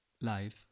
life